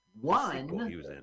one